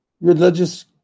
religious